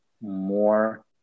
more